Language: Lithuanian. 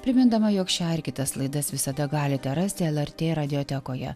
primindama jog šią ir kitas laidas visada galite rasti lrt radijotekoje